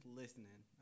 listening